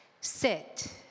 sit